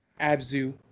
Abzu